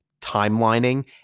timelining